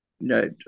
No